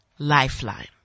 Lifeline